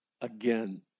again